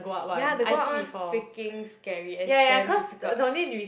ya the go up one freaking scary and it's damn difficult